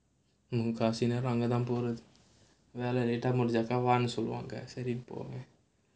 முக்காவாசி நேரம் அங்க தான் போகுது வேலை:mukkavaasi neram anga thaan poguthu late ah முடிஞ்சாக்க வானு சொல்வாங்க சரின்னு போவேன்:mudinjaakkaa vaanu solvaanga sarinnu povaen